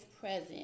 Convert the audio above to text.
present